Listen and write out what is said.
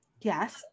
Yes